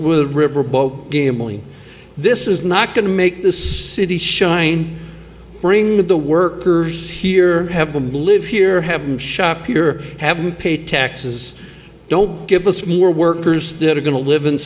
will riverboat gambling this is not going to make the city shine bring the workers here have them live here have them shop here have to pay taxes don't give us more workers that are going to live in